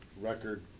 record